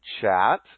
chat